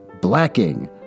blacking